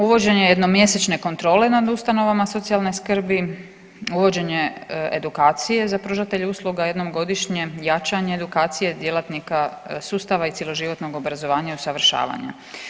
Uvođenje jednomjesečne kontrole nad ustanovama socijalne skrbi, uvođenje edukacije za pružatelje usluga jednom godišnje, jačanje edukacije, djelatnika sustava i cjeloživotnog obrazovanja i usavršavanja.